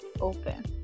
open